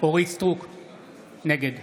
נגד